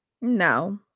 No